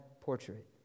portrait